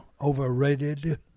overrated